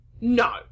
no